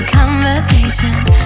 conversations